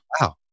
Wow